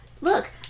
look